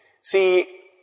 See